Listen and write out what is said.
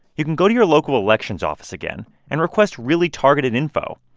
you can go to your local election's office again and request really targeted info.